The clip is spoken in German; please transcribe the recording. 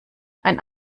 ein